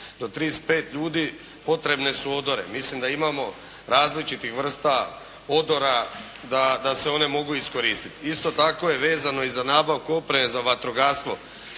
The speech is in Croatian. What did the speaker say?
do 35 ljudi potrebne su odore. Mislim da imamo različitih vrsta odora da se one mogu iskoristiti. Isto tako je vezano i za nabavku opreme za vatrogastvo